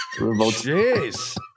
Jeez